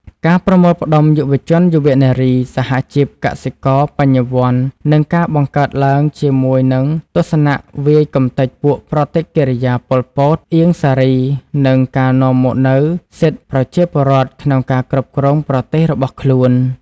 ការប្រមូលផ្តុំ យុវជន យុវនារី សហជីព កសិករ បញ្ញាវន្ត័ និងការបង្កើតឡើងជាមួយនឹងទស្សនវាយកំទេចពួកប្រតិកិរិយា ប៉ុល ពត អៀង សារី និងការនាំមកនូវសិទ្ធិប្រជាពលរដ្ឋក្នុងការគ្រប់គ្រងប្រទេសរបស់ខ្លួន ។